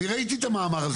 אני ראיתי את המאמר הזה,